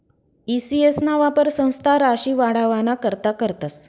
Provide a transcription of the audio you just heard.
E CS ना वापर संस्था राशी वाढावाना करता करतस